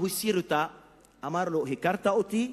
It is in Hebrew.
הוא הסיר אותה ואמר: הכרת אותי?